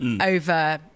over